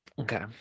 okay